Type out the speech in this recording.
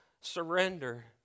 surrender